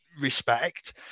respect